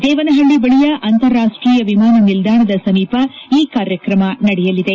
ದೇವನಹಳ್ಳಿ ಬಳಿಯ ಅಂತಾರಾಷ್ಟೀಯ ವಿಮಾನ ನಿಲ್ದಾಣ ಸಮೀಪ ಈ ಕಾರ್ಯಕ್ರಮ ನಡೆಯಲಿದೆ